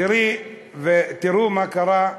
תראי ותראו מה קרה: